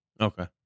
okay